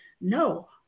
no